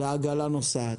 והעגלה נוסעת.